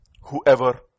Whoever